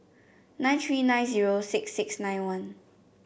nine three nine zero six six nine one